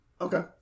Okay